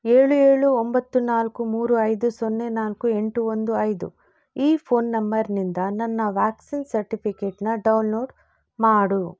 ಏಳು ಏಳು ಒಂಬತ್ತು ನಾಲ್ಕು ಮೂರು ಐದು ಸೊನ್ನೆ ನಾಲ್ಕು ಎಂಟು ಒಂದು ಐದು ಈ ಫೋನ್ ನಂಬರ್ನಿಂದ ನನ್ನ ವ್ಯಾಕ್ಸಿನ್ ಸರ್ಟಿಫಿಕೇಟ್ನ ಡೌನ್ಲೋಡ್ ಮಾಡು